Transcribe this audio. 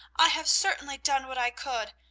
i have certainly done what i could,